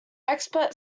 expert